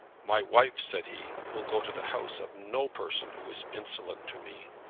my wife, said he, will go to the house of no person who is insolent to me.